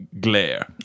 glare